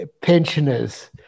pensioners